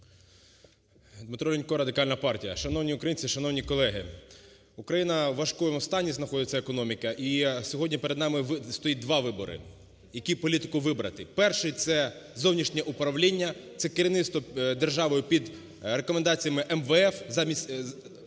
ДмитроЛінько, Радикальна партія. Шановні українці, шановні колеги, в Україні в важкому стані знаходиться економіка, і сьогодні перед нами стоїть два вибори, яку політику вибрати. Перший – це зовнішнє управління, це керівництво державою під рекомендаціями МВФ. Натомість